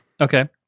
Okay